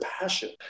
passion